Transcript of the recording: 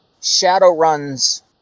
Shadowrun's